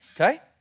Okay